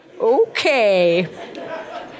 Okay